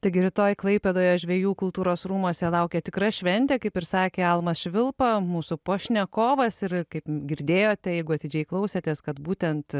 taigi rytoj klaipėdoje žvejų kultūros rūmuose laukia tikra šventė kaip ir sakė almas švilpa mūsų pašnekovas ir kaip girdėjote jeigu atidžiai klausėtės kad būtent